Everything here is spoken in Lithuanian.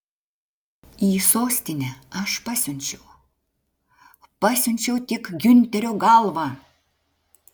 į sostinę aš pasiunčiau pasiunčiau tik giunterio galvą